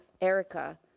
Erica